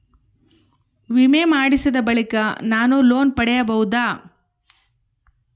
ವಿಮೆ ಮಾಡಿಸಿದ ಬಳಿಕ ನಾನು ಲೋನ್ ಪಡೆಯಬಹುದಾ?